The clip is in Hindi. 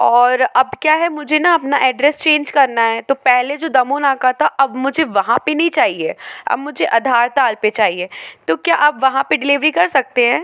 और अब क्या है मुझे ना अपना एड्रेस चेंज करना है तो पहले जो दमोनाका था अब मुझे वहाँ पर नहीं चाहिए अब मुझे अधारताल पर चाहिए तो क्या आप वहाँ पर डिलीवरी कर सकते हैं